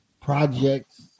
projects